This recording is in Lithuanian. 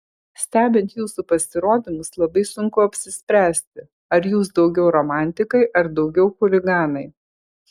stebint jūsų pasirodymus labai sunku apsispręsti ar jūs daugiau romantikai ar daugiau chuliganai